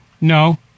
No